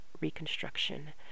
reconstruction